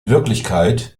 wirklichkeit